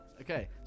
Okay